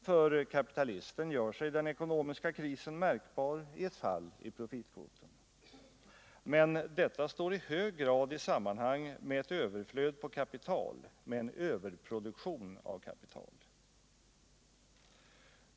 För kapitalisten gör sig den ekonomiska krisen märkbar i ett fall i profitkvoten. Men detta står i hög grad i samband med ett överflöd på kapital, med en överproduktion av kapital.